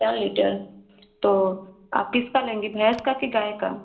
चार लीटर तो आप किसका लेंगी भैंस का कि गाय का